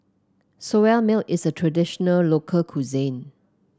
Soya Milk is a traditional local cuisine